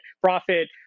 profit